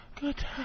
good